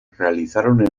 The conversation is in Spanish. realizaron